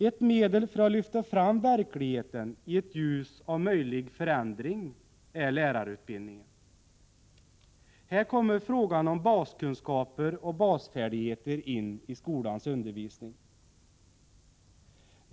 Ett medel för att lyfta fram verkligheten i ett ljus av möjlig förändring är lärarutbildningen. Här kommer frågan om baskunskaper och basfärdigheter in i skolans undervisning.